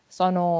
sono